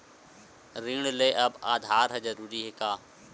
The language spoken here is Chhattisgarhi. ऋण ले बर आधार ह जरूरी हे का?